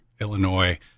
Illinois